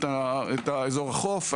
באזור החוף.